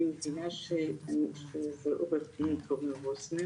אני מבינה שזה עו"ד תומר רוזנר.